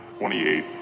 28